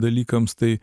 dalykams tai